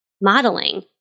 modeling